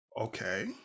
Okay